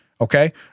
Okay